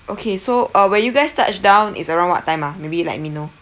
okay so uh when you guys touched down is around what time ah maybe you let me know